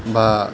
বা